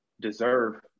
deserve